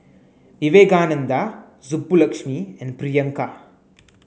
Vivekananda Subbulakshmi and Priyanka